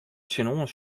tsjinoan